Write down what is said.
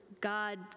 God